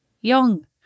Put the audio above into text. young